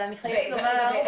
אבל אני חייבת לומר,